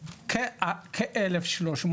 כ-1300.